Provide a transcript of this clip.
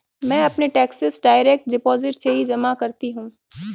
मैं अपने taxes direct deposit से ही जमा करती हूँ